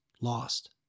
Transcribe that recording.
lost